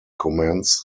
comments